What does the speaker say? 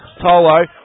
Tolo